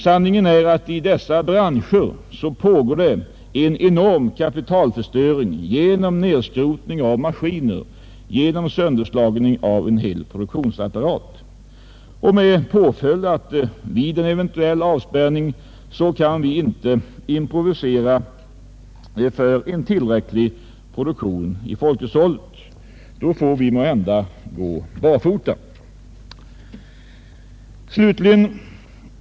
Sanningen är att i dessa branscher pågår en enorm kapitalförstöring genom nedskrotning av maskiner, genom sönderslagning av en hel produktionsapparat. Följden blir att vi vid en eventuell avspärring inte kan improvisera för en tillräcklig produktion i folkhushållet. Då får vi måhända gå barfota.